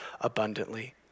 abundantly